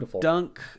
Dunk